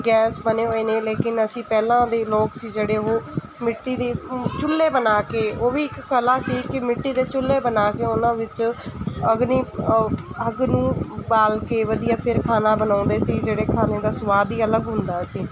gas ਬਣੇ ਹੋਏ ਨੇ ਲੇਕਿਨ ਅਸੀਂ ਪਹਿਲਾਂ ਦੇ ਲੋਕ ਸੀ ਜਿਹੜੇ ਉਹ ਮਿੱਟੀ ਦੇ ਚੁੱਲ੍ਹੇ ਬਣਾ ਕੇ ਉਹ ਵੀ ਇੱਕ ਕਲਾ ਸੀ ਕਿ ਮਿੱਟੀ ਦੇ ਚੁੱਲ੍ਹੇ ਬਣਾ ਕੇ ਉਹਨਾਂ ਵਿੱਚ ਅਗਨੀ ਅੱਗ ਨੂੰ ਬਾਲ ਕੇ ਵਧੀਆ ਫਿਰ ਖਾਣਾ ਬਣਾਉਂਦੇ ਸੀ ਜਿਹੜੇ ਖਾਣੇ ਦਾ ਸਵਾਦ ਹੀ ਅਲੱਗ ਹੁੰਦਾ ਸੀ